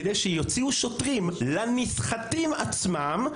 כדי שיוציאו שוטרים לנסחטים עצמם,